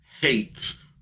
hates